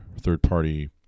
third-party